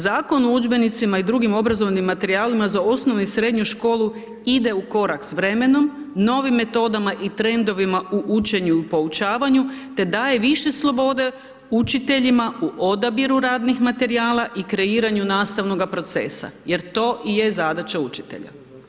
Zakon o udžbenicima i drugim obrazovnim materijalima za osnovnu i srednju školu ide u korak s vremenom, novim metodama i trendovima u učenju i poučavanju te daje više slobode učiteljima u odabiru radnih materijala i kreiranju nastavnoga procesa, jer to i je zadaća učitelja.